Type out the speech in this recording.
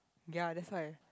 ya that's why